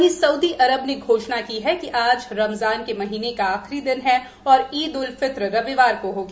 वहीं Saudi Arab ने घोषणा की है कि आज रमजान के महीने का आखिरी दिन है और ईद उल फित्र रविवार को होगी